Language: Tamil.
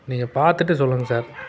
நீங்கள் பார்த்துட்டு சொல்லுங்க சார்